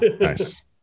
nice